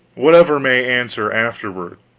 whatever may answer afterward.